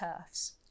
turfs